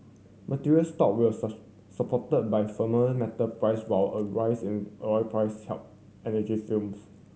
materials stock will supported by firmer metal price while a rise in oil price helped energy films